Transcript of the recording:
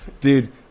Dude